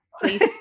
Please